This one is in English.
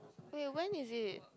wait when is it